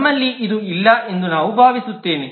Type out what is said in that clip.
ನಮ್ಮಲ್ಲಿ ಇದು ಇಲ್ಲ ಎಂದು ನಾನು ಭಾವಿಸುತ್ತೇನೆ